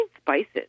spices